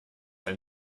ein